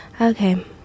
okay